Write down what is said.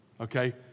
okay